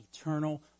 eternal